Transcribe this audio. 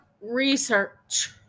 research